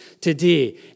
today